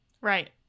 Right